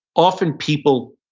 often people,